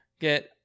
get